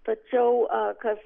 tačiau a kas